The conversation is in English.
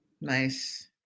nice